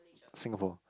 Singapore